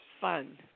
fun